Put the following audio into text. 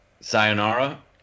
Sayonara